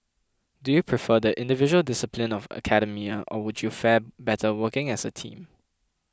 do you prefer the individual discipline of academia or would you fare better working as a team